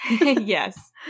yes